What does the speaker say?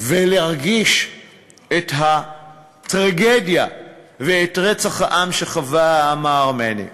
ולהרגיש את הטרגדיה ואת רצח העם שחווה העם הארמני.